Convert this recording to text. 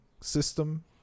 system